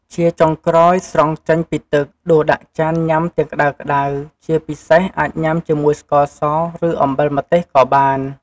ជាចុងក្រោយ ស្រង់ចេញពីទឹក ដួសដាក់ចានញ៉ាំទាំងក្តៅៗ ជាពិសេសអាចញ៉ាំជាមួយស្ករស ឬអំបិលម្ទេសក៏បាន។